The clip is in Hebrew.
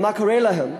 מה קורה להן?